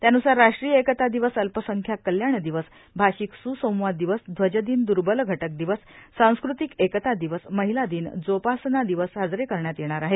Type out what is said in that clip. त्यानुसार राष्ट्रीय एकता दिवसए अल्पसंख्याक कल्याण दिवसए भाषिक स्संवाद दिवसए ध्वजदिनए द्र्बल घटक दिवसए सांस्कृतिक एकता दिवसए महिला दिनए जोपासना दिवस साजरे करण्यात येणार आहेत